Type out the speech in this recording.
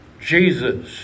Jesus